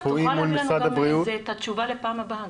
תוכל להביא לנו גם את התשובה לפעם הבאה.